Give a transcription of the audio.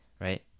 right